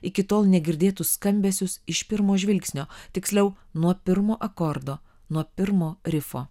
iki tol negirdėtus skambesius iš pirmo žvilgsnio tiksliau nuo pirmo akordo nuo pirmo rifo